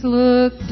look